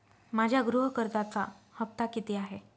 माझ्या गृह कर्जाचा हफ्ता किती आहे?